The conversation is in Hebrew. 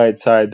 ראא'ד סעד,